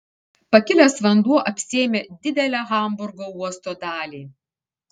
pakilęs vanduo apsėmė didelę hamburgo uosto dalį